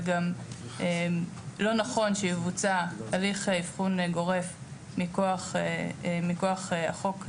וגם לא נכון שיבוצע הליך אבחון גורף מכוח החוק המוצע.